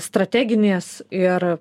strateginės ir